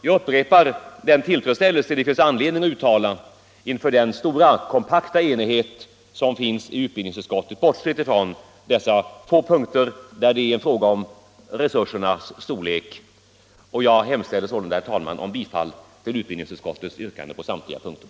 Jag upprepar den tillfredsställelse som det finns anledning att uttala inför den enighet som råder i utbildningsutskottet, bortsett från dessa få punkter där det är fråga om resursernas storlek, och jag yrkar sålunda, herr talman, bifall till utbildningsutskottets hemställan på samtliga punkter.